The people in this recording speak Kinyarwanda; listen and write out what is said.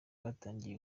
batangiye